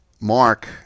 Mark